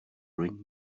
ring